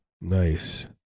Nice